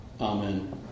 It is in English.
Amen